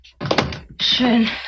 schön